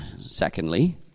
secondly